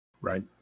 Right